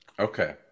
Okay